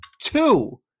two